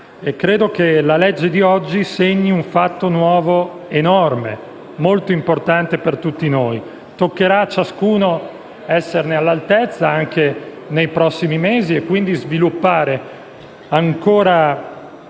credo che la legge di oggi sia un fatto nuovo, molto importante per tutti noi. Toccherà a ciascuno esserne all'altezza anche nei prossimi mesi e quindi sviluppare più